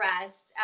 rest